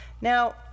Now